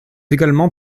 également